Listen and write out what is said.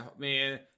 man